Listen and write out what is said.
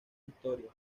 historias